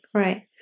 right